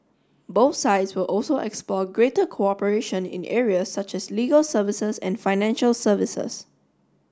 both sides will also explore greater cooperation in areas such as legal services and financial services